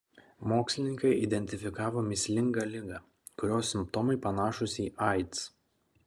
mokslininkai identifikavo mįslingą ligą kurios simptomai panašūs į aids